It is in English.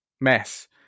mess